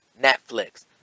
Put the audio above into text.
Netflix